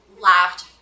laughed